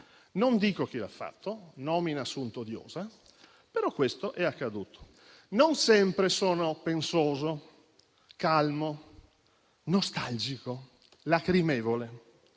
Non dico chi lo ha fatto: *nomina sunt odiosa*, però questo è accaduto. Non sempre sono pensoso, calmo, nostalgico, lacrimevole.